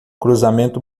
cruzamento